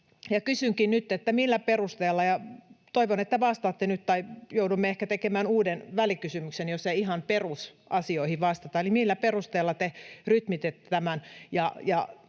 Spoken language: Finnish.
kysynkin nyt: Millä perusteella — ja toivon, että vastaatte nyt, tai joudumme ehkä tekemään uuden välikysymyksen, jos ei ihan perusasioihin vastata — te rytmititte tämän?